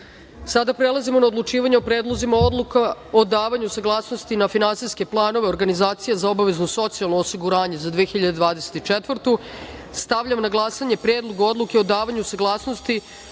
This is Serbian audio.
prelazimo na odlučivanje o predlozima odluka o davanju saglasnosti na finansijske planove organizacija za obavezno socijalno osiguranja za 2024. godinu. Stavljam na glasanje Predlog odluke o davanju saglasnosti